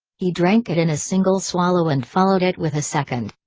he drank it in a single swallow and followed it with a second.